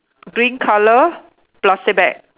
green colour plastic bag